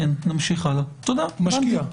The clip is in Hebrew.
משקיע.